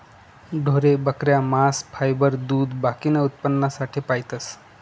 ढोरे, बकऱ्या, मांस, फायबर, दूध बाकीना उत्पन्नासाठे पायतस